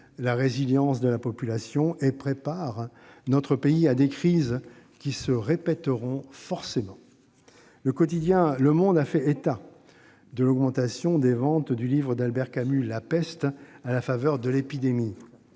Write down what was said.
la résilience de la population et prépare notre pays à des crises qui se répéteront forcément. Le quotidien a fait état de l'augmentation des ventes du livre d'Albert Camus,, à la faveur de l'épidémie.